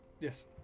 Yes